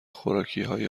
خوراکیهای